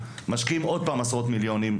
שוב משקיעים עשרות מיליונים,